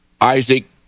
Isaac